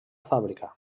fàbrica